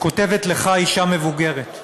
כותבת לך אישה מבוגרת.